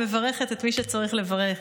מברכת את מי שצריך לברך,